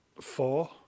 Four